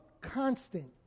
constant